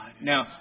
Now